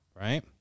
right